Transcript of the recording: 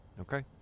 Okay